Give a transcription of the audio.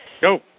Go